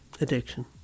Addiction